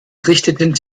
richteten